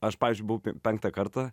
aš pavyzdžiui buvau penktą kartą